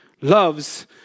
loves